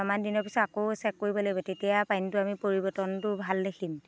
অলপমান দিনৰ পাছত আকৌ চেক কৰিব লাগিব তেতিয়া পানীটো আমি পৰিৱৰ্তনটো ভাল দেখিম